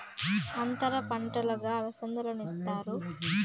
అంతర పంటగా అలసందను ఇత్తుతారు